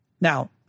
Now